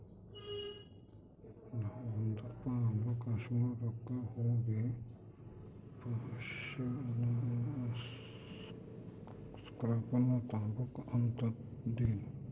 ನಾಣು ಒಂದಪ್ಪ ಆದ್ರೂ ಕಾಶ್ಮೀರುಕ್ಕ ಹೋಗಿಪಾಶ್ಮಿನಾ ಸ್ಕಾರ್ಪ್ನ ತಾಂಬಕು ಅಂತದನಿ